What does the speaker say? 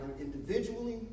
individually